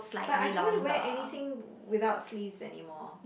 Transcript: but I don't want to wear anything without sleeves anymore